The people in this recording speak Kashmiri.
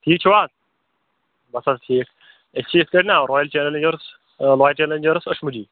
ٹھیٖک چھُوا حظ بَس حظ ٹھیٖک أسۍ چھِ یِتھ کٲٹھۍ نا رَایِل چَلَینٛجٲرٕس رَایِل چَلَینٛجٲرٕس أشمُجِی